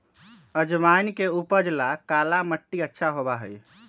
अजवाइन के उपज ला काला मट्टी अच्छा होबा हई